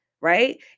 right